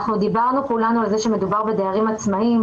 דיברנו כולנו על זה שמדובר בדיירים עצמאיים.